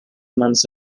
months